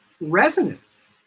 resonance